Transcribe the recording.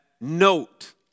note